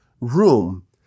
room